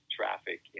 traffic